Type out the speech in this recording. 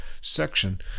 section